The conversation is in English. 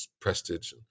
Prestige